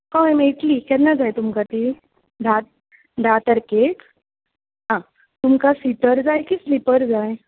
हय मेळटली केन्ना जाय तुमकां ती धा धा तारकेक आं तुमकां सिटर जाय की स्लिपर जाय